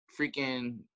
freaking